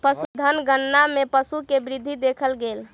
पशुधन गणना मे पशु के वृद्धि देखल गेल